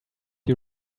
you